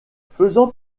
faisant